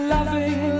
Loving